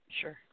Sure